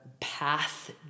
path